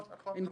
נכון, נכון.